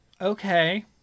okay